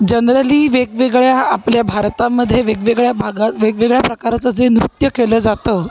generally वेगवेगळ्या आपल्या भारतामध्ये वेगवेगळ्या भागात वेगवेगळ्या प्रकाराचं जे नृत्य केलं जातं